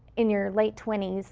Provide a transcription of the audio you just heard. in your late twenty s,